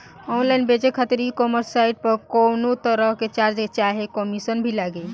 Online बेचे खातिर e commerce site पर कौनोतरह के चार्ज चाहे कमीशन भी लागी?